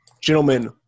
Gentlemen